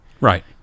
Right